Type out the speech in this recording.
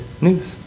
news